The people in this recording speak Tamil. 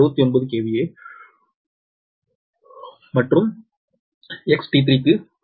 9 69 KV மற்றும் XT3 க்கு 0